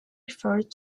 referred